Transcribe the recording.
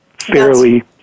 fairly